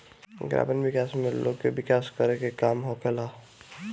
ग्रामीण विकास में लोग के विकास करे के काम होखेला